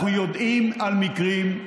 אנחנו יודעים על מקרים,